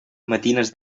matines